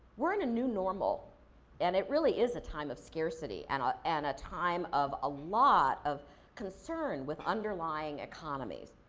we're in a new normal and it really is a time of scarcity and a and a time of a lot of concern with underlying economies.